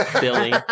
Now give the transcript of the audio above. Billy